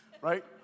Right